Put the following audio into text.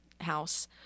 house